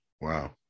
wow